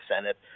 Senate